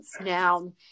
Now